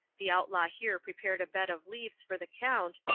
the outlaw here prepared a bed of leaves for the count,